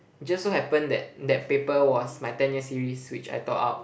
just so happen that that paper was my ten year series which I tore out